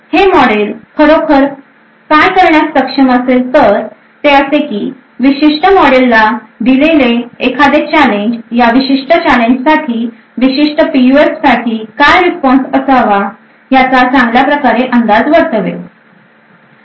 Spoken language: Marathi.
तर हे मॉडेल खरोखर काय करण्यास सक्षम असेल तर ते असे की हे विशिष्ट मॉडेलल्या दिलेले एखादे चॅलेंज या विशिष्ट चॅलेंज साठी विशिष्ट पीयूएफसाठी काय रिस्पॉन्स असावा ह्याचा चांगल्या प्रकारे अंदाज वर्तवेल